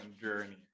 journey